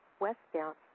Westbound